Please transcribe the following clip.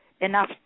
enough